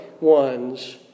ones